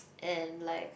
and then like